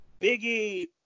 Biggie